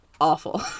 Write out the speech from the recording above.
awful